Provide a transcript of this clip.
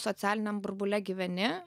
socialiniam burbule gyveni